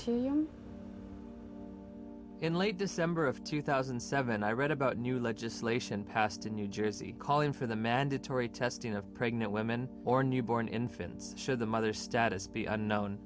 put in late december of two thousand and seven i read about new legislation passed in new jersey calling for the mandatory testing of pregnant women or newborn infants should the mother status be unknown